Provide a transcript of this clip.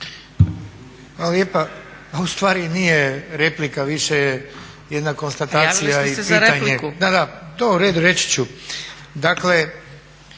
lijepa. Pa ustvari nije replika, više je jedna konstatacija i pitanje.